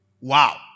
Wow